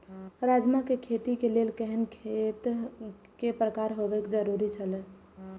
राजमा के खेती के लेल केहेन खेत केय प्रकार होबाक जरुरी छल?